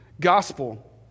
gospel